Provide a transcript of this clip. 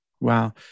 Wow